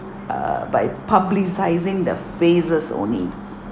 err by publicising the faces only